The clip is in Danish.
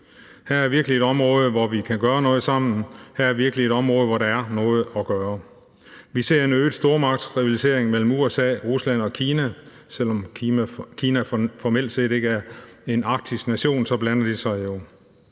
Her er virkelig et område, hvor vi kan gøre noget sammen. Det her er virkelig et område, hvor der er noget at gøre. Vi ser en øget stormagtsrivalisering mellem USA, Rusland og Kina. Selv om Kina formelt set ikke er en arktisk nation, så blander de sig jo.